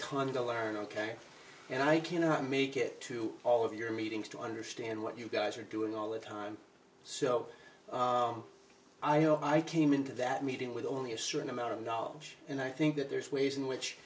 ton to learn ok and i can make it to all of your meetings to understand what you guys are doing all the time so i hope i came into that meeting with only a certain amount of knowledge and i think that there's ways in which